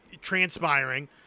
transpiring